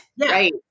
right